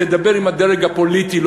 תדבר עם הדרג הפוליטי,